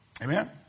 Amen